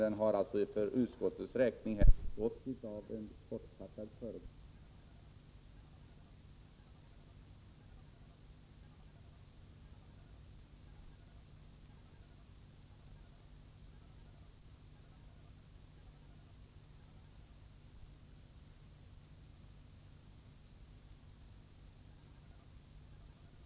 Den sakliga granskningen i utskottet har bestått av en kortfattad föredragning, och dessutom har utskottets kansli benat upp en del av frågeställningarna för oss i utskottet. Därefter har man sagt att det inte finns anledning att ta ställning till materialet och vidhållit sin tidigare uppfattning.